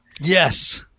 yes